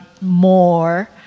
more